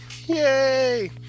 yay